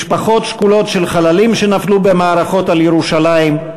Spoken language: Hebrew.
משפחות שכולות של חללים שנפלו במערכות על ירושלים,